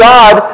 God